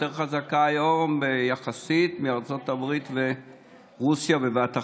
יותר חזקה יחסית ממה שהיום ארצות הברית ורוסיה בבת אחת.